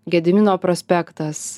gedimino prospektas